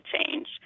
change